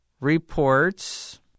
reports